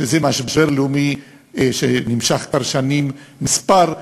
שזה משבר לאומי שנמשך כבר שנים מספר: